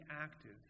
active